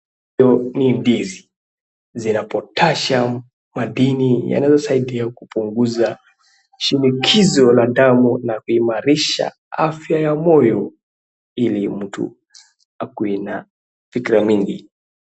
Hio ni ndizi. Zina (cs)potassium(cs),madini yanayosaidia kupunguza shinikizo la damu na kuimarisha afya ya moyo ili mtu akuwe na fikira mingi.